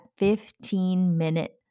15-minute